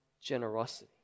generosity